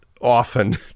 often